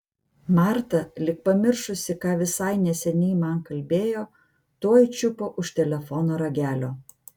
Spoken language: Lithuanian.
marta lyg pamiršusi ką visai neseniai man kalbėjo tuoj čiupo už telefono ragelio